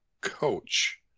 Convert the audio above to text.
Coach